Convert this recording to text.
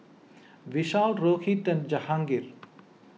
Vishal Rohit and Jahangir